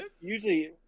usually